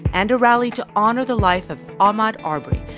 and a rally to honor the life of ahmaud arbery,